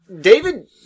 David